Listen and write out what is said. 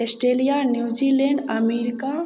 Australia New Zealand America